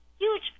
huge